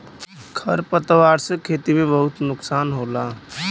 खर पतवार से खेती में बहुत नुकसान होला